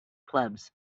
clubs